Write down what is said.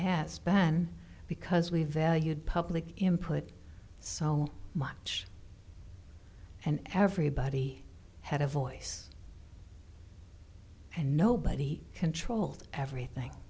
has been because we valued public input so much and everybody had a voice and nobody controlled everything